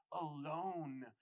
alone